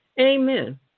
Amen